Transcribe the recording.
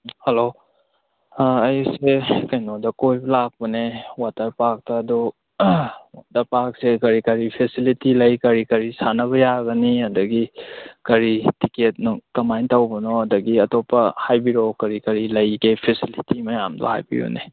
hello ꯑꯩꯁꯦ ꯀꯩꯅꯣꯗ ꯀꯣꯏꯕ ꯂꯥꯛꯄꯅꯦ ꯋꯥꯇꯔ ꯄꯥꯔꯛꯇ ꯑꯗꯨ ꯋꯥꯇꯔ ꯄꯥꯔꯛꯁꯦ ꯀꯔꯤ ꯀꯔꯤ ꯐꯦꯁꯤꯂꯤꯇꯤ ꯂꯩ ꯀꯔꯤ ꯀꯔꯤ ꯁꯥꯟꯅꯕ ꯌꯥꯒꯅꯤ ꯑꯗꯒꯤ ꯀꯔꯤ ꯇꯤꯛꯀꯦꯠ ꯅꯨꯡ ꯀꯃꯥꯏ ꯇꯧꯕꯅꯣ ꯑꯗꯒꯤ ꯑꯇꯣꯞꯄ ꯍꯥꯏꯕꯤꯔꯀꯑꯣ ꯀꯔꯤ ꯀꯔꯤ ꯂꯩꯒꯦ ꯐꯦꯁꯤꯂꯤꯇꯤ ꯃꯌꯥꯝꯗ ꯍꯥꯏꯕꯤꯌꯨꯅꯦ